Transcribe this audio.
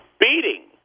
beating